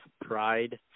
pride